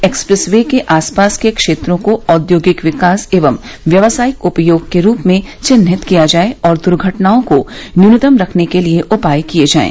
express way के आसपास के क्षेत्रों को औद्योगिक विकास एवं व्यवसायिक उपयोग के रूप में चिन्हित किया जाये और दुर्घटनाओं को न्यूनतम रखने के लिये उपाय किये जाये